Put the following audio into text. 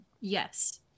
Yes